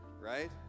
Right